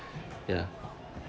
ya